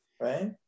Right